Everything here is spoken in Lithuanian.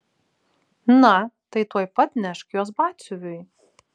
na tai tuoj pat nešk juos batsiuviui